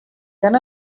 can